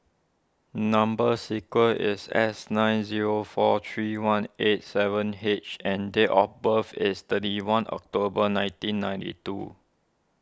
Number Sequence is S nine zero four three one eight seven H and date of birth is thirty one October nineteen ninety two